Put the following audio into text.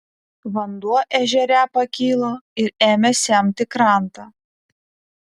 vanduo ežere pakilo ir ėmė semti krantą